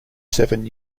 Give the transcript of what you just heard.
seven